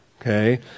okay